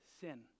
sin